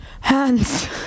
Hands